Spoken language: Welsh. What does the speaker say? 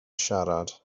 siarad